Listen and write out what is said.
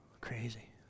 crazy